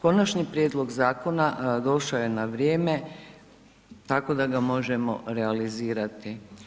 Konačni prijedlog zakona došao je na vrijeme tako da ga možemo realizirati.